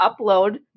upload